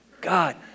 God